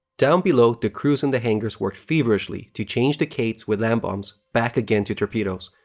down below, the crews in the hangars worked feverishly to change the kates with land bombs back again to torpedoes.